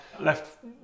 left